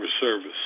service